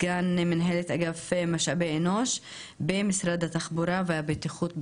סגן מנהלת אגף משאבי אנוש במשרד התחבורה והבטיחות בדרכים,